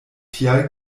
tial